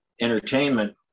entertainment